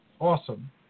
Awesome